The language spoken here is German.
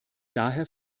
daher